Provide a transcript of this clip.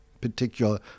particular